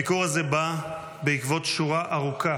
הביקור הזה בא בעקבות שורה ארוכה